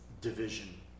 division